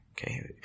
Okay